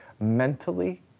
mentally